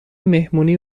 مهمونی